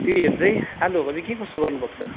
के अरे आलुहरूको चाहिँ के कस्तो गर्नु भएको छ